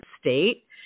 state